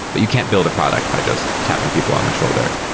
but you can't build a product by just tapping people on the shoulder.